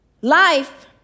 Life